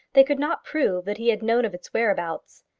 they could not prove that he had known of its whereabouts.